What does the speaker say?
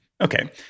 Okay